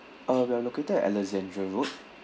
uh we are located at alexandra road